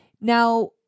Now